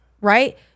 Right